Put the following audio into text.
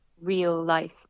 real-life